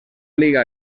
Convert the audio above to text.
liga